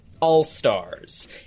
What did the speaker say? all-stars